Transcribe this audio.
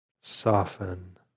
Soften